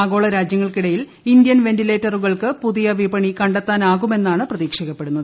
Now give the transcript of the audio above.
ആഗോള രാജ്യങ്ങൾക്കിടയിൽ ഇന്ത്യൻ വെന്റിലേറ്ററുകൾക്ക് പുതിയ വിപണി കണ്ടെത്താനാകുമെന്നാണ് പ്രതീക്ഷിക്കപ്പെടുന്നത്